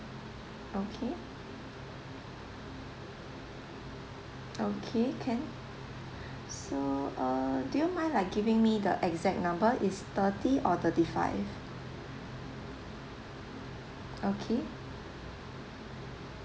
okay okay can so err do you mind like giving me the exact number is thirty or thirty five okay